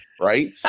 Right